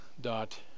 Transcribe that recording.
dot